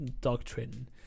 doctrine